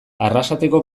arrasateko